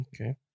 okay